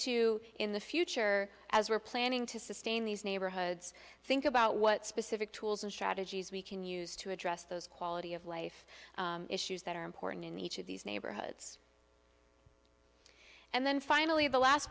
to in the future as we're planning to sustain these neighborhoods think about what specific tools and strategies we can use to address those quality of life issues that are important in each of these neighborhoods and then finally the last